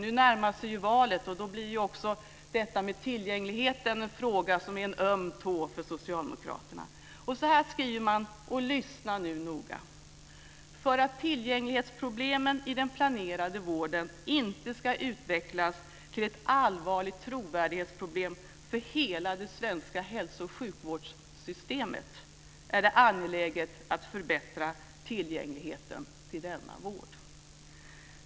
Nu närmar sig valet, och då blir också detta med tillgängligheten en öm tå för socialdemokraterna. Så här skriver man, och lyssna nu noga: "För att tillgängslighetsproblemen i den planerade vården inte skall utvecklas till ett allvarligt trovärdighetsproblem för hela det svenska hälso och sjukvårdssystemet är det angeläget att förbättra tillgängligheten till denna vård."